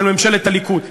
של ממשלת הליכוד,